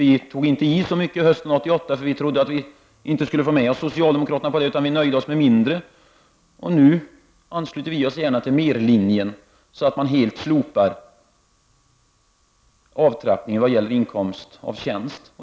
Vi tog inte till så mycket hösten 1988, eftersom vi inte trodde att vi kunde få med oss socialdemokraterna på ett sådant förslag, och nöjde oss med mindre. Nu ansluter vi oss gärna till merlinjen, innebärande att man helt slopar avtrappningen för inkomst av tjänst.